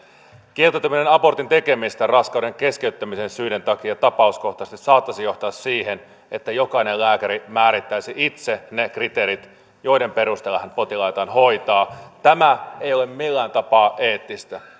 kieltäytyminen abortin tekemisestä raskauden keskeyttämisen syiden takia tapauskohtaisesti saattaisi johtaa siihen että jokainen lääkäri määrittäisi itse ne kriteerit joiden perusteella hän potilaitaan hoitaa tämä ei ole millään tapaa eettistä